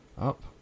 up